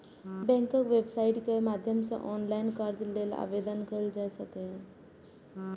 बैंकक वेबसाइट केर माध्यम सं ऑनलाइन कर्ज लेल आवेदन कैल जा सकैए